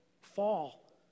fall